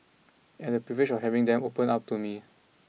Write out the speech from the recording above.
and I have the privilege of having them open up to me